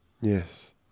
yes